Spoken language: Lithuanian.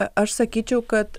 aš sakyčiau kad